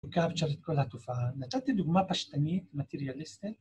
קפצ'ר את כל התופעה, נתת לדוגמה פשטנית, מטריאליסטית